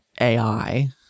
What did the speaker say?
AI